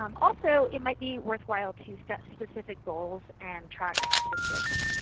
um also it might be worthwhile to set specific goals and track statistics.